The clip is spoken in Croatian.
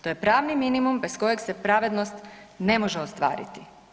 To je pravni minimum bez kojeg se pravednost ne može ostvariti.